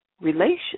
relations